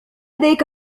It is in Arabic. لديك